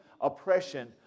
oppression